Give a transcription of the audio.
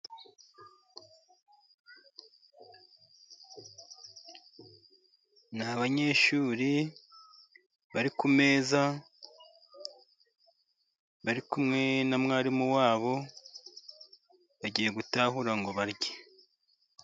Ni abanyeshuri bari ku meza bari kumwe na mwarimu wabo ,bagiye gutahura ngo barye.